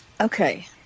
okay